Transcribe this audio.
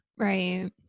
Right